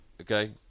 okay